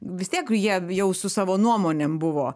vis tiek jie jau su savo nuomonėm buvo